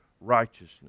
righteousness